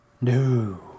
No